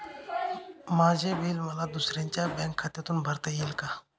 माझे बिल मला दुसऱ्यांच्या बँक खात्यातून भरता येईल का?